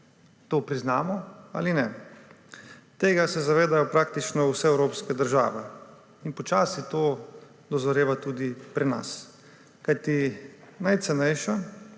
to priznamo ali ne. Tega se zavedajo praktično vse evropske države in počasi to dozoreva tudi pri nas. Kajti najcenejša